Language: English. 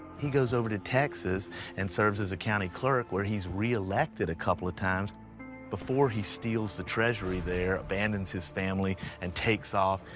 he goes over to texas and serves as a county clerk where he's re-elected a couple of times before he steals the treasury there, abandons his family, and takes off